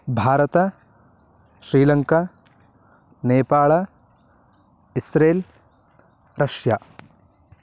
भारतं Sri Lanka Nepal Israel Russia